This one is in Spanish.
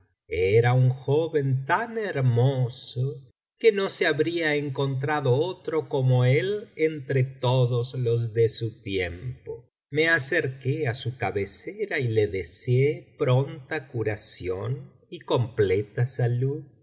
era un joven tan hermoso que no se habría encontrado otro como él entre todos los de su tiempo me acerqué á su cabecera y le deseé pronta curación y completa salud